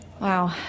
Wow